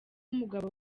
umugabo